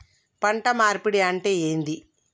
పంట మార్పిడి అంటే ఏంది?